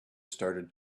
started